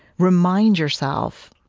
remind yourself